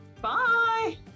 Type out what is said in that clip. Bye